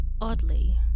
oddly